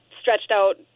stretched-out